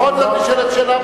בכל זאת נשאלת שאלה,